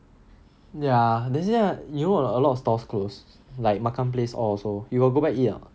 ya they say what you know a lot of stalls close like makan place all also you got go back eat or not